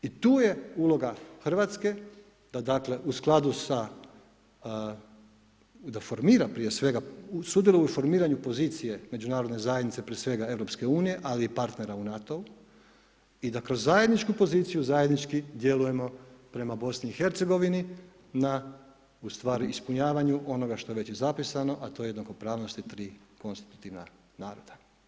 I tu je uloga RH da dakle, u skladu sa, da formira prije svega, sudjeluje u formiranju pozicije međunarodne zajednice, prije svega EU, ali i partnera u NATO-u i da kroz zajedničku poziciju, zajednički djelujemo prema BiH na ustvari ispunjavanju onoga što je već i zapisano, a to je jednakopravnosti 3 konstitutivna naroda.